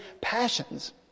passions